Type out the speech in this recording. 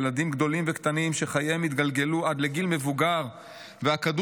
ילדים גדולים וקטנים שחייהם התגלגלו עד לגיל מבוגר והכדור,